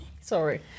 Sorry